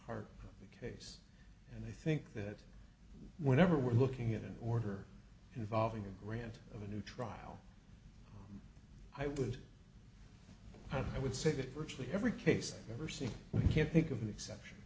r case and i think that whenever we're looking at an order involving a grant of a new trial i would i would say that virtually every case you ever see i can't think of an exception